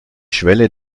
schwelle